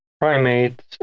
primates